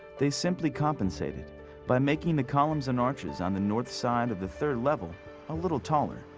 they simply compensated by making the columns and arches on the north side of the third level a little taller.